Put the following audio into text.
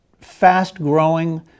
fast-growing